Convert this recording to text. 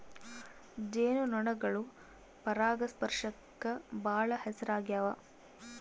ಜೇನು ನೊಣಗಳು ಪರಾಗಸ್ಪರ್ಶಕ್ಕ ಬಾಳ ಹೆಸರಾಗ್ಯವ